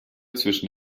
zwischen